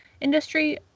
Industry